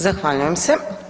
Zahvaljujem se.